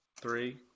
three